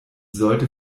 sollte